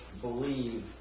believe